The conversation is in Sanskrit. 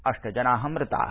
अष्ट जनाः मृताः